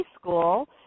School